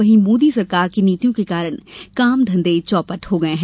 वहीं मोदी सरकार की नीतियों के कारण काम धंधे चौपट हो गए हैं